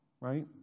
right